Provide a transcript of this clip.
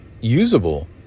usable